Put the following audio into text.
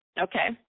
Okay